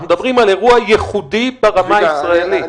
אנחנו מדברים על אירוע ייחודי ברמה הישראלית.